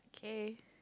okay